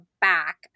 back